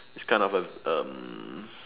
is kind of a um